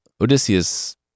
Odysseus